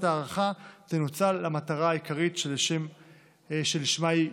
ההארכה תנוצל למטרה העיקרית שלשמה היא התבקשה.